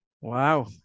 Wow